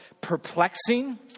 perplexing